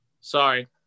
sorry